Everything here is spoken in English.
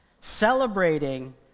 celebrating